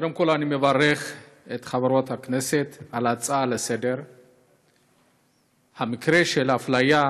קודם כול אני מברך את חברת הכנסת על ההצעה לסדר-היום על המקרה של אפליה.